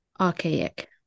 archaic